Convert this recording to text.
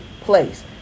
place